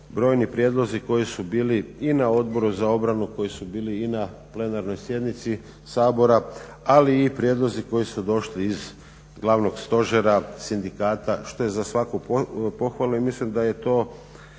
brojni prijedlozi koji su bili i na Odboru za obranu, koji su bili i na plenarnoj sjednici Sabora ali i prijedlozi koji su došli iz Glavnog stožera sindikata što je za svaku pohvalu i mislim da je to